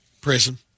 prison